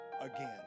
again